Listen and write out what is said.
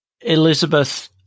Elizabeth